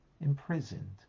imprisoned